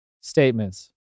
statements